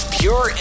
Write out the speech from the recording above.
pure